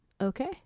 okay